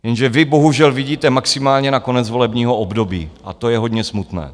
Jenže vy bohužel vidíte maximálně na konec volebního období, a to je hodně smutné!